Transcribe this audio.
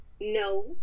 no